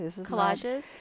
collages